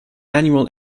annual